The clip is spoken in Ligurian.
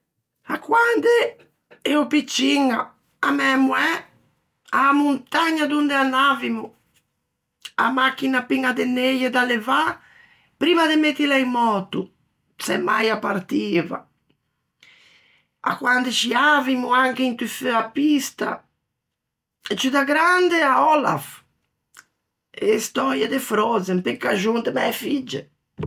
À quande eo picciña, à mæ moæ, a-a montagna donde anavimo, a machina piña de neie da levâ primma de mettila in möto, se mai a partiva; à quande sciavimo, anche inti feua pista. Ciù da grande, à Olaf e e stöie de Frozen, pe caxon de mæ figge.